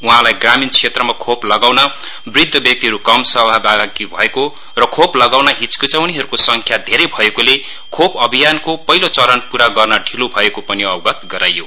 उहाँलाई ग्रामिण क्षेत्रमा खोप लगाउन वृद्ध व्यक्तिहरू कम सहभागी भएको र खोप लगाउन हिचकिचाउनेहरूको संख्या धेरै भएकोले खोप अभियानको पहिलो चरण पूरा गर्न ढिलो भएको पनि अवगत गराइयो